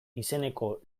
izeneko